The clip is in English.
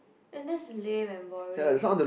and that's lame and boring